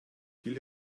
viel